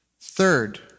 Third